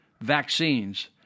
vaccines